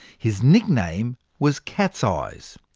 his nickname was cats' eyes.